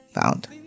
found